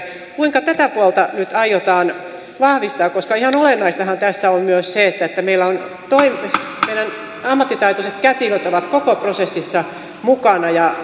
kuinka tätä puolta nyt aiotaan vahvistaa koska ihan olennaistahan tässä on myös se että meidän ammattitaitoiset kätilöt ovat koko prosessissa mukana ja tukemassa ja tietävät tilanteen